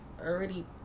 already